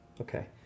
Okay